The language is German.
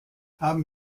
haben